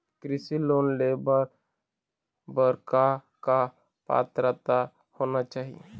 कृषि लोन ले बर बर का का पात्रता होना चाही?